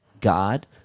God